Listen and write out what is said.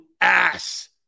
ass